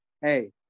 hey